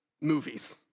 movies